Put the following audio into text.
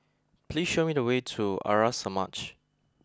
please show me the way to Arya Samaj